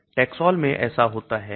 Taxol मैं ऐसा होता है